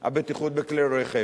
הבטיחות בכלי רכב,